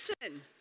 listen